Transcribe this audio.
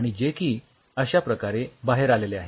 आणि जे की अश्या प्रकारे बाहेर आलेले आहेत